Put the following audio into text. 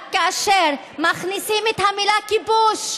רק כאשר מכניסים את המילה "כיבוש",